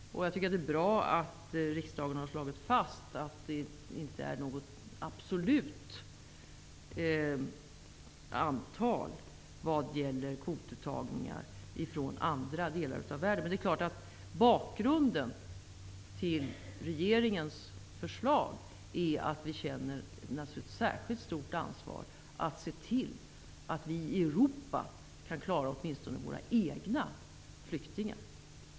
Det är bra att riksdagen har slagit fast att det inte är fråga om något absolut antal när det gäller kvotmottagningar från andra delar av världen. Men det är klart att bakgrunden till regeringens förslag är att vi känner ett särskilt stort ansvar att se till att vi i Europa kan klara åtminstone våra egna flyktingar.